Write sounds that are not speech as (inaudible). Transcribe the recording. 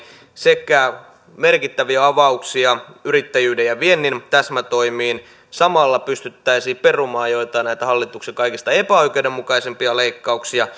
sekä merkittäviä avauksia yrittäjyyden ja viennin täsmätoimiin samalla pystyttäisiin perumaan joitain näitä hallituksen kaikista epäoikeudenmukaisimpia leikkauksia (unintelligible)